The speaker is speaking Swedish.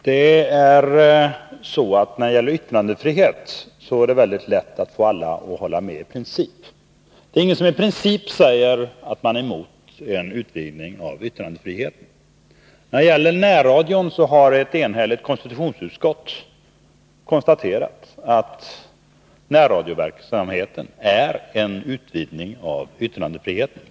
Herr talman! När det gäller yttrandefriheten är det väldigt lätt att få alla att hålla med i princip. Det är ingen som säger att man i princip är emot en utvidgning av yttrandefriheten. När det gäller närradion har ett enhälligt konstitutionsutskott konstaterat att närradioverksamheten är en utvidgning av yttrandefriheten.